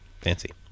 Fancy